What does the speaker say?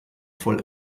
voll